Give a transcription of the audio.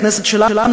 הכנסת שלנו,